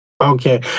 Okay